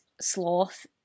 sloth